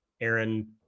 Aaron